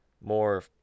more